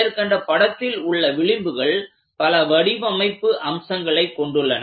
மேற்கண்ட படத்தில் உள்ள விளிம்புகள் பல வடிவமைப்பு அம்சங்களைக் கொண்டுள்ளன